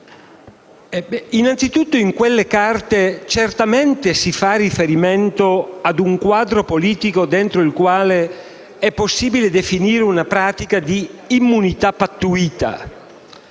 Innanzitutto, in quelle carte certamente si fa riferimento a un quadro politico dentro il quale è possibile riconoscere una politica da immunità pattuita.